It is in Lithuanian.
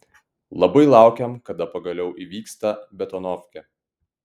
labai laukiam kada pagaliau įvyks ta betonovkė